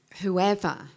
whoever